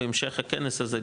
בהמשך הכנס הזה,